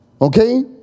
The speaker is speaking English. okay